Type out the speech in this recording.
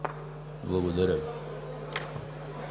Благодаря